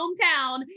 hometown